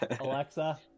Alexa